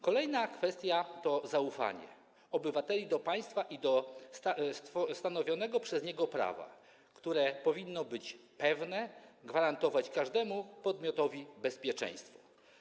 Kolejna kwestia to zaufanie obywateli do państwa i do stanowionego przez nie prawa, które powinno być pewne, gwarantować każdemu podmiotowi bezpieczeństwo.